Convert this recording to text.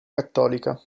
cattolica